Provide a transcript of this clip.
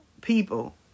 people